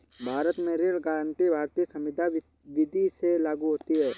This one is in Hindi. भारत में ऋण गारंटी भारतीय संविदा विदी से लागू होती है